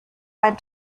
ein